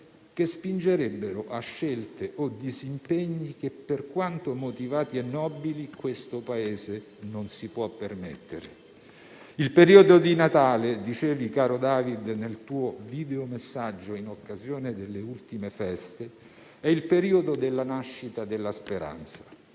che spingerebbero a scelte o disimpegni che, per quanto motivati e nobili, questo Paese non si può permettere. «Il periodo del Natale» - dicevi, caro David, nel tuo videomessaggio in occasione delle ultime feste - «è il periodo della nascita della speranza,